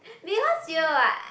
because year what